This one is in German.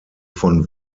von